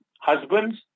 husbands